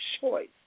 choice